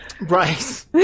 Right